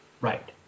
right